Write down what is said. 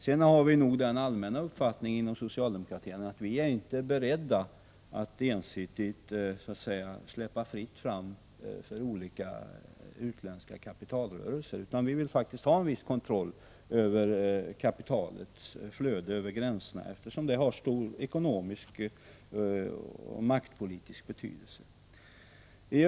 Sedan har vi nog den allmänna uppfattningen inom socialdemokratin att vi inte är beredda att ensidigt låta det bli fritt fram för olika utländska kapitalrörelser. Vi vill faktiskt ha en viss kontroll över kapitalets flöde över gränserna, eftersom det har stor ekonomisk och maktpolitisk betydelse.